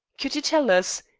could you tell us,